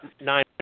nine